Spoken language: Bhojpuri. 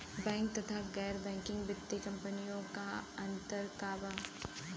बैंक तथा गैर बैंकिग वित्तीय कम्पनीयो मे अन्तर का बा?